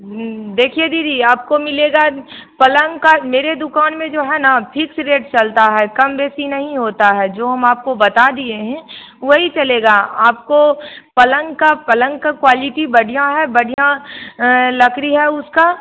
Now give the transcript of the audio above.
देखिए दीदी आपको मिलेगा पलंग का मेरे दुकान में जो है ना आप फीक्स रेट चलता है कम बेशी नहीं होता है जो हम आपको बता दिए हैं वही चलेगा आपको पलंग का पलंग का क्वालीटी बढ़िया है बढ़िया लकड़ी है उसका